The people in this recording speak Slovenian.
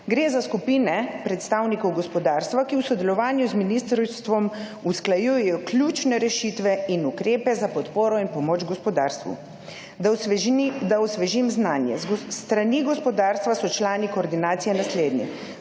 Gre za skupine predstavnikov gospodarstva, ki v sodelovanju z ministrstvom usklajujejo ključne rešitve in ukrepe za podporo in pomoč gospodarstvu. Da osvežim znanje. S strani gospodarstva so člani koordinacije naslednji: